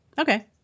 Okay